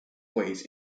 ways